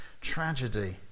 tragedy